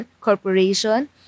corporation